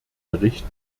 bericht